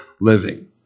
living